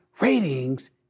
Ratings